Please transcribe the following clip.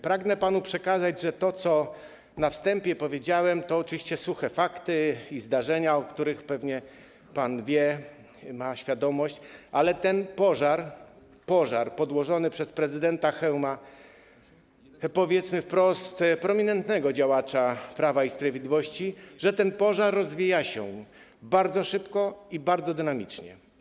Pragnę panu przekazać, że to, co na wstępie powiedziałem, to oczywiście suche fakty i zdarzenia, o których pewnie pan wie, co do których ma świadomość, ale ten „pożar” podłożony przez prezydenta Chełma, powiedzmy wprost: prominentnego działacza Prawa i Sprawiedliwości, rozwija się bardzo szybko i bardzo dynamicznie.